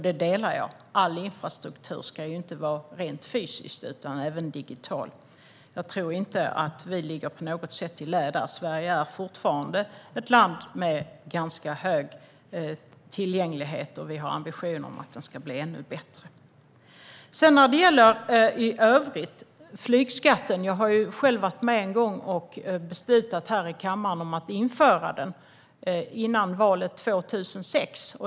Det är sant att all infrastruktur inte är fysisk; den kan också vara digital. Jag tror inte att vi ligger i lä här. Sverige är fortfarande ett land med hög tillgänglighet, och vi har ambitionen att det ska bli ännu bättre. Jag var själv med när kammaren beslutade om att införa en flygskatt. Det var före valet 2006.